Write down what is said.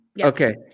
Okay